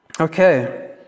Okay